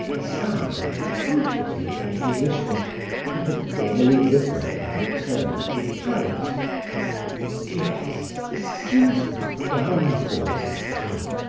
sad and comforting composition he had formerly written upon returning to paris yes, the season of downpours is come.